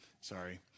Sorry